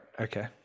Okay